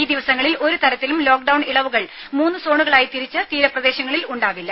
ഈ ദിവസങ്ങളിൽ ഒരു തരത്തിലും ലോക്ക്ഡൌൺ ഇളവുകൾ മൂന്ന് സോണുകളായി തിരിച്ച തീരപ്രദേശങ്ങളിൽ ഉണ്ടാവില്ല